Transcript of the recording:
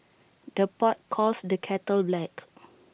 the pot calls the kettle black